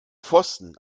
pfosten